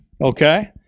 Okay